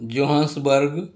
johan's berg